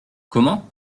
comment